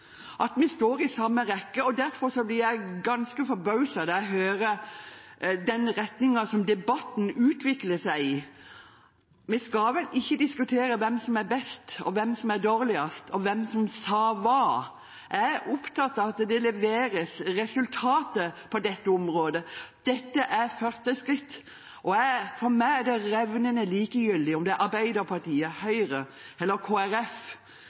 hvordan vi skal få til språkopplæring i mottakene. Jeg stiller meg i rekken av de utålmodige. Jeg har også forstått at statsråden står i samme rekke. Derfor blir jeg ganske forbauset når jeg hører den retningen som debatten utvikler seg i. Vi skal vel ikke diskutere hvem som er best, hvem som er dårligst, og hvem som sa hva? Jeg er opptatt av at det leveres resultater på dette området. Dette er første skritt, og for meg er det revnende likegyldig om